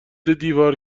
دیوار